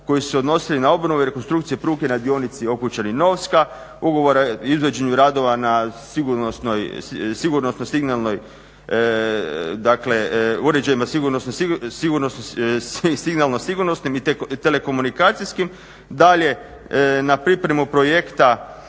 koji su se odnosili na obnove i rekonstrukcije pruge na dionici Okušani-Novska, ugovori izvođenja radova na sigurnosnoj signalnoj, dakle uređajima signalno sigurnosnim i telekomunikacijskim, dalje na pripremu projekta